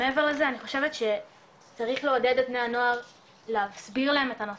מעבר לזה אני חושבת צריך לעודד את בני הנוער להסביר להם את הנושא,